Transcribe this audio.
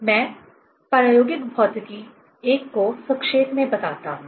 मैं प्रायोगिक भौतिकी I को संक्षेप में बताता हूं